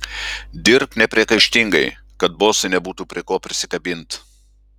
dirbk nepriekaištingai kad bosui nebūtų prie ko prisikabint